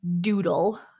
doodle